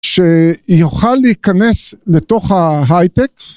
שיוכל להיכנס לתוך ההייטק.